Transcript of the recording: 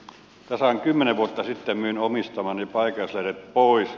tasan kymmenen vuotta sitten myin omistamani paikallislehden pois